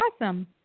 awesome